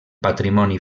patrimoni